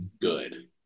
good